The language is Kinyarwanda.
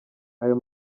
ayo